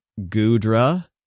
Gudra